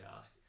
ask